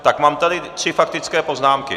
Tak mám tady tři faktické poznámky.